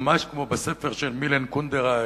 ממש כמו בספר של מילן קונדרה,